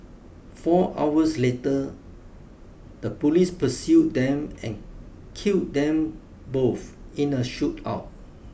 four hours later the police pursued them and killed them both in a shootout